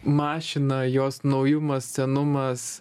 mašina jos naujumas senumas